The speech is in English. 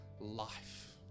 life